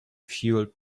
fueled